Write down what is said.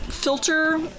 filter